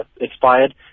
expired